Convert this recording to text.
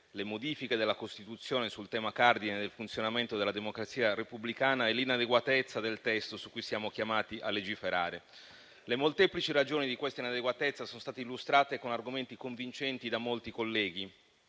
le modifiche della Costituzione sul tema cardine del funzionamento della democrazia repubblicana, e l'inadeguatezza del testo su cui siamo chiamati a legiferare. Le molteplici ragioni di questa inadeguatezza sono state illustrate con argomenti convincenti da molti colleghi,